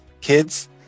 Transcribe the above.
kids